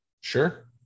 Sure